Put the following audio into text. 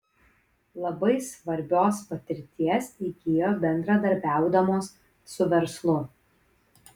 labai svarbios patirties įgijo bendradarbiaudamos su verslu